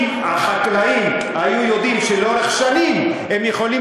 אם החקלאים היו יודעים שלאורך שנים הם יכולים